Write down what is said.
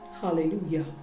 hallelujah